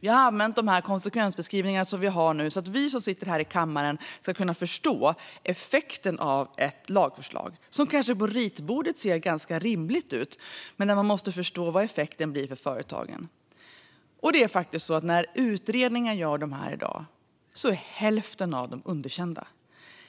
Jag har använt konsekvensbeskrivningarna så att de som sitter här i kammaren ska förstå effekten av ett lagförslag som på ritbordet kan se rimligt ut, men de måste förstå vad effekten blir för företagen. När utredningar gör dessa konsekvensbeskrivningar i dag blir hälften av dem underkända.